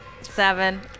Seven